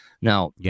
Now